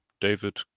David